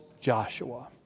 Joshua